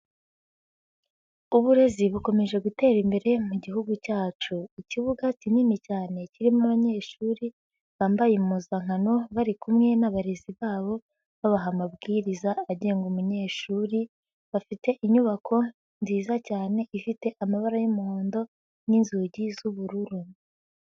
Uburezi bukomeje gutera imbere mu gihugu cyacu, ikibuga kinini cyane kirimo abanyeshuri bambaye impuzankano bari kumwe n'abarezi babo babaha amabwiriza agenga umunyeshuri, bafite inyubako nziza cyane ifite amabara y'umuhondo n'inzugi z'ubururu.